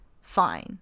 fine